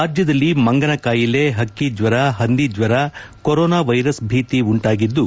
ರಾಜ್ಯದಲ್ಲಿ ಮಂಗನ ಕಾಯಿಲೆ ಪಕ್ಕಿಜ್ವರ ಪಂದಿಜ್ವರ ಕೊರೋನಾ ವೈರಸ್ ಭೀತಿ ಉಂಟಾಗಿದ್ದು